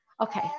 Okay